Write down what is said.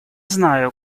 знаю